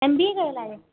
M B A कयलु आहियो